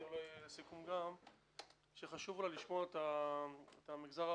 לסיכום אני רוצה לומר שחשוב לא לשפוט את המגזר הערבי.